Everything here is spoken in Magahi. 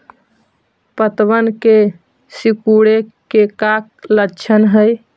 पत्तबन के सिकुड़े के का लक्षण हई?